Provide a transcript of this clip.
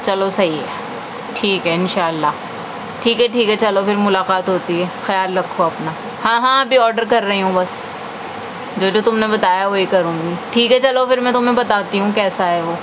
چلو صحیح ہے ٹھیک ہے انشاء اللہ ٹھیک ہے ٹھیک ہے چلو پھر ملاقات ہوتی ہے خیال رکھو اپنا ہاں ہاں ابھی آرڈر کر رہی ہوں بس جو جو تم نے بتایا وہ ہی کروں گی ٹھیک ہے چلو پھر میں تمہیں بتاتی ہوں کیسا ہے وہ